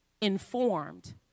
informed